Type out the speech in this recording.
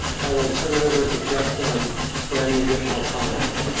i will turn it over to justin for any additional comments.